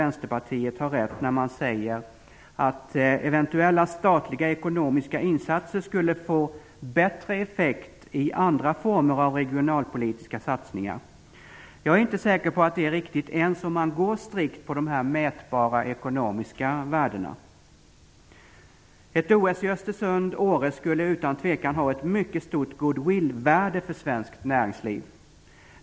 Vänsterpartiet har rätt när man säger att eventuella statliga ekonomiska insatser skulle få bättre effekt i andra former av regionalpolitiska satsningar. Jag är inte säker på att det är riktigt, ens om man går strikt på de mätbara ekonomiska värdena. Ett OS i Östersund och Åre skulle utan tvivel ha ett mycket stort goodwillvärde för svenskt näringsliv.